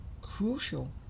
crucial